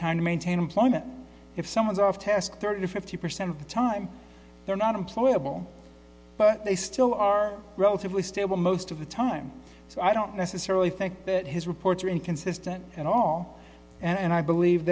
time to maintain employment if someone's off task thirty to fifty percent of the time they're not employable but they still are relatively stable most of the time so i don't necessarily think that his reports are inconsistent at all and i believe